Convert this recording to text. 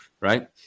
right